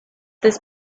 this